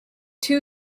two